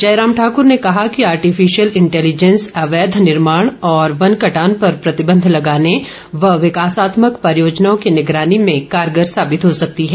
जयराम ठाकर ने कहा कि आर्टिफिशियल इंटेलिजेंस अवैध निर्माण और वन कटान पर प्रतिबंध लगाने व विकासात्मक परियोजनाओं की निगरानी में कारगर साबित हो सकती है